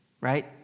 right